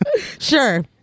sure